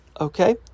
Okay